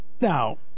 Now